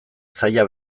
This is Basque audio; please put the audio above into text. zaila